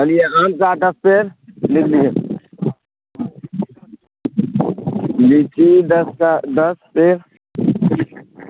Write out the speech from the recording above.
چلیے آم کا دس پیڑ لیجئے لیچی دس کا دس پیڑ